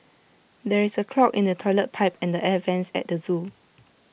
there is A clog in the Toilet Pipe and the air Vents at the Zoo